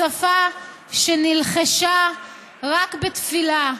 השפה שנלחשה רק בתפילה,